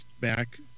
back